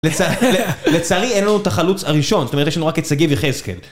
לצערי אין לנו את החלוץ הראשון, זאת אומרת יש לנו רק את שגיב יחזקאל.